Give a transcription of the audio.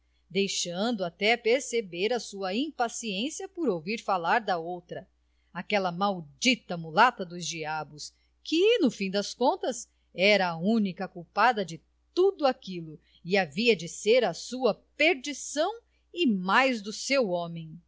deixando até perceber a sua impaciência para ouvir falar da outra daquela maldita mulata dos diabos que no fim de contas era a única culpada de tudo aquilo e havia de ser a sua perdição e mais do seu homem